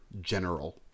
general